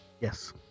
yes